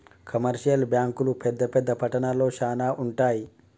commercial బ్యాంకులు పెద్ద పెద్ద పట్టణాల్లో శానా ఉంటయ్